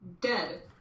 Dead